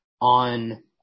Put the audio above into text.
on